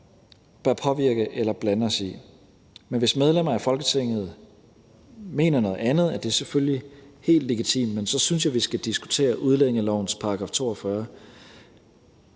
bør påvirke eller blande os i. Hvis medlemmer af Folketinget mener noget andet, er det selvfølgelig helt legitimt, men så synes jeg, at vi skal diskutere udlændingelovens § 42.